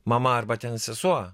mama arba ten sesuo